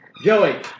Joey